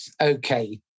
okay